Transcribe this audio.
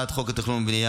146),